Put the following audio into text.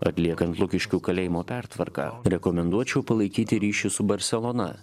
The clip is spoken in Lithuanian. atliekant lukiškių kalėjimo pertvarką rekomenduočiau palaikyti ryšį su barselona